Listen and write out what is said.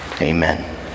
Amen